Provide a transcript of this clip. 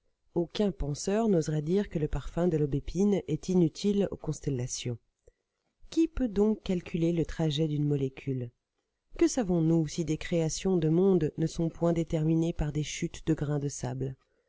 aucun penseur n'oserait dire que le parfum de l'aubépine est inutile aux constellations qui donc peut calculer le trajet d'une molécule que savons-nous si des créations de mondes ne sont point déterminées par des chutes de grains de sable